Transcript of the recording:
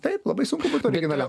taip labai sunku būt originaliam